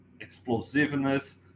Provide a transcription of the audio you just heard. explosiveness